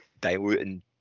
diluting